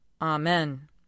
Amen